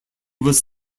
was